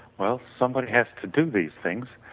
well somebody has to do these things,